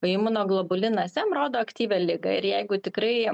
o imunoglobulinas m rodo aktyvią ligą ir jeigu tikrai